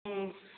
ꯎꯝ